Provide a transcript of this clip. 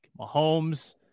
Mahomes